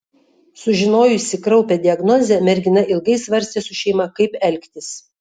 sužinojusi kraupią diagnozę mergina ilgai svarstė su šeima kaip elgtis